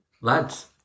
lads